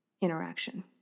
interaction